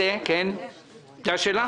זו השאלה?